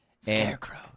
Scarecrow